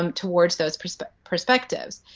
um towards those perspectives.